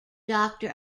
doctor